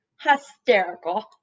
Hysterical